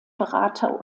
berater